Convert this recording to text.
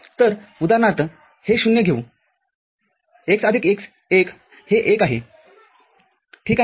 तर उदाहरणार्थहे शून्य घेऊ x आदिक १ हे १ आहेठीक आहे